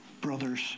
brother's